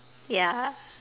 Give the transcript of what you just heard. ya